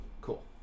cool